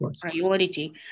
priority